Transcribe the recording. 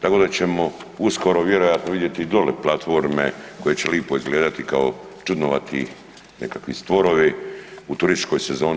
Tako da ćemo uskoro vjerojatno vidjeti dole platforme koje će lipo izgledati kao čudnovati nekakvi stvorovi u turističkoj sezoni.